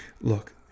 look